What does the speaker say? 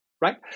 right